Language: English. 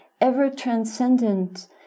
ever-transcendent